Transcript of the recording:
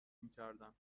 میکردم